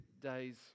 days